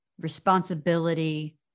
responsibility